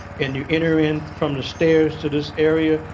and you enter in from the stairs to this area.